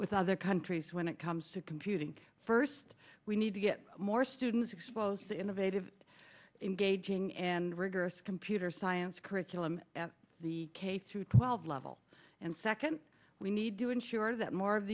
with other countries when it comes to computing first we need to get more students exposed to innovative engaging and rigorous computer science curriculum at the through twelve level and second we need to ensure that more of